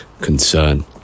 concern